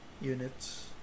units